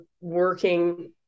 working